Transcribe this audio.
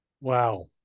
Wow